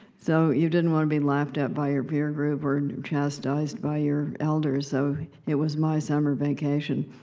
so, you didn't want to be laughed at by your peer group, or and chastised by your elders, so it was, my summer vacation.